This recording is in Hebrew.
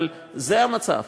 אבל זה המצב.